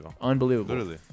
Unbelievable